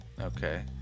Okay